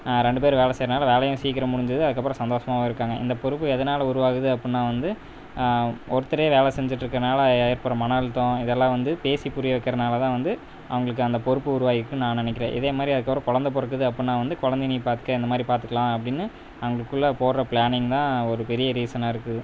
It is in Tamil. ரெண்டு பேரும் வேலை செய்கிறதுனால வேலையும் சீக்கிரம் முடிஞ்சிடுது அதுக்கப்புறம் சந்தோஷமாவும் இருக்காங்க இந்த பொறுப்பு எதனால் உருவாகுது அப்புடின்னா வந்து ஒருத்தரே வேலை செஞ்சிட்டிருக்கனால ஏற்படுற மன அழுத்தம் இதலாம் வந்து பேசி புரிய வைக்கிறனால தான் வந்து அவங்குளுக்கு அந்த பொறுப்பு உருவாகிருக்குன்னு நான் நினக்கிறேன் அதே மாதிரி அதை தவிர குழந்த பிறக்குது அப்புடின்னா குழந்தைங்க பார்த்துக்க இந்த மாதிரி பார்த்துக்குலான் வந்து அவங்குளுக்குள்ள போடுகிற பிளானிங் தான் ஒரு பெரிய ரீசனாகருக்கு